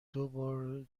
دوبار